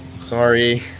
Sorry